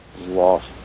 lost